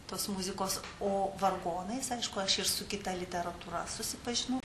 tos muzikos o vargonais aišku aš ir su kita literatūra susipažinau